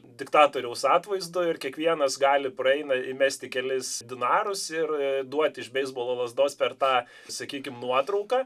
diktatoriaus atvaizdu ir kiekvienas gali praeina įmesti kelis dinarus ir duoti iš beisbolo lazdos per tą sakykim nuotrauką